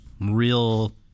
real